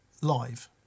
live